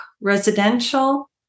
residential